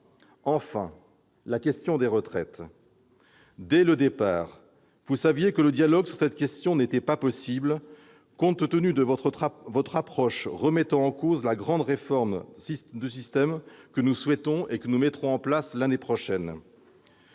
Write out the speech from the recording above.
enfin, à la question des retraites. Dès le départ, mes chers collègues, vous saviez que le dialogue sur cette question n'était pas possible, compte tenu de votre approche remettant en cause la grande réforme du système que nous souhaitons et que nous mettrons en place l'année prochaine.